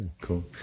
cool